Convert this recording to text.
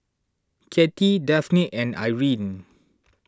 Katy Dafne and Irine